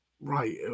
right